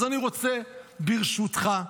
אז אני רוצה, ברשותך,